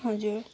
हजुर